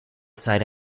sight